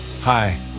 Hi